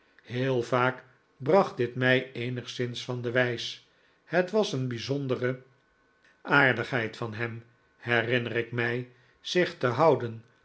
heel vaak bracht dit mij eenigszins van de wijs het was een bijzondere aardigheid van hem herinner ik mij zich te houden